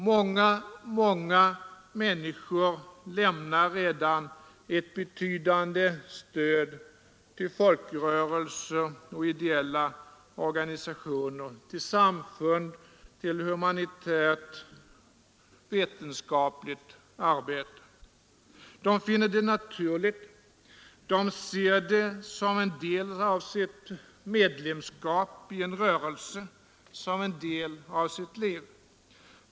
Många, många människor lämnar redan ett betydande stöd till folkrörelser och ideella organisationer, till samfund, till humanitärt och vetenskapligt arbete. De finner det naturligt, de ser det som en del av sitt medlemskap i en rörelse, som en del av sitt liv.